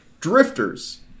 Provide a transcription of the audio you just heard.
Drifters